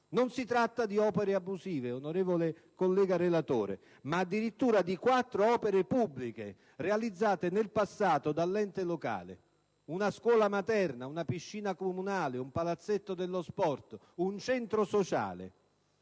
Non si tratta di opere abusive, onorevole collega relatore, ma addirittura di quattro opere pubbliche realizzate nel passato dall'ente locale: una scuola materna, una piscina comunale, un palazzetto dello sport e un centro sociale.